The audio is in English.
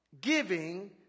Giving